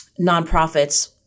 nonprofits